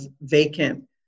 vacant